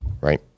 right